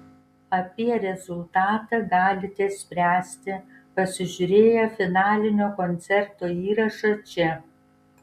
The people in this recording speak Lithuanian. apie rezultatą galite spręsti pasižiūrėję finalinio koncerto įrašą čia